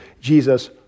Jesus